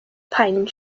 pine